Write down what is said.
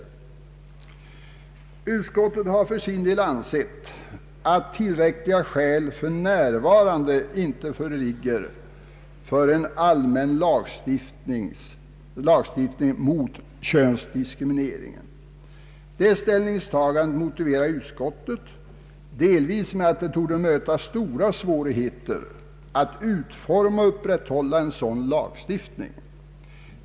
Utskottet har för sin del ansett att tillräckliga skäl för närvarande inte finns för en allmän lagstiftning mot könsdiskriminering. Detta ställningstagande motiverar utskottet delvis med att det torde stöta på stora svårigheter såväl att utforma som att upprätthålla en sådan lagstiftning.